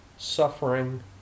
suffering